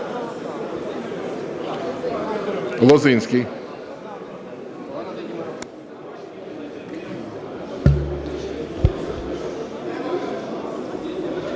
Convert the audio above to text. Лозинський.